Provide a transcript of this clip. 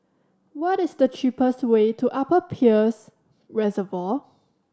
what is the cheapest way to Upper Peirce Reservoir